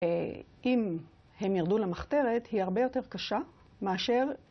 אם הם ירדו למחתרת, היא הרבה יותר קשה מאשר